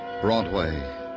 Broadway